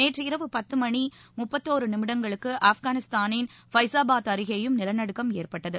நேற்று இரவு பத்து மணி முப்பதோரு நிமிடங்களுக்கு ஆப்கானிஸ்தானின் ஃபைஸாபாத் அருகேயும் நிலநடுக்கம் ஏற்பட்டது